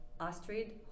Astrid